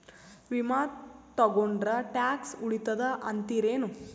ವಿಮಾ ತೊಗೊಂಡ್ರ ಟ್ಯಾಕ್ಸ ಉಳಿತದ ಅಂತಿರೇನು?